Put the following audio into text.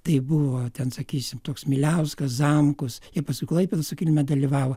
tai buvo ten sakysim toks miliauskas zamkus ir paskui klaipėdos sukilime dalyvavo